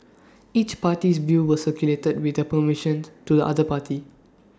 each party's views were circulated with their permission to the other party